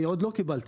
אני עוד לא קיבלתי".